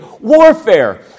warfare